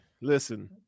listen